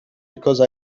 because